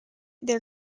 their